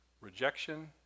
Rejection